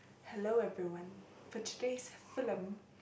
hello everyone for today's film